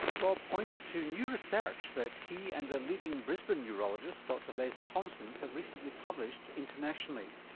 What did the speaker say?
rob pointed to new research that he and a leading brisbane urologist, dr les thompson have recently published internationally.